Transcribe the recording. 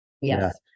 Yes